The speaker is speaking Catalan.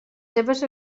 seves